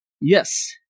Yes